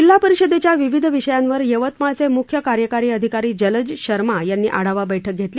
जिल्हा परिषदेच्या विविध विषयांवर यवतमाळचे मुख्य कार्यकारी अधिकारी जलज शर्मा यांनी आढावा बैठक घेतली